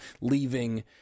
leaving –